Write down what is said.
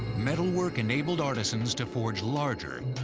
metalwork enabled artisans to forge larger,